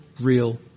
real